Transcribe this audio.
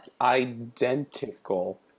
identical